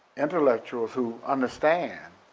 intellectuals, who understand,